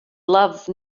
love